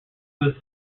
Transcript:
was